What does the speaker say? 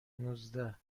نوزده